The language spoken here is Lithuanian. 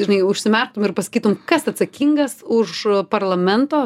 žinai užsimerktum ir pasakytum kas atsakingas už parlamento